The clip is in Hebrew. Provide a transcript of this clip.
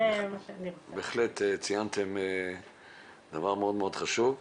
ציינת דבר מאוד מאוד חשוב.